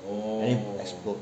then explode